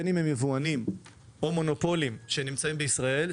בין אם הם יבואנים ובין אם מונופולים שנמצאים בישראל,